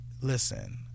listen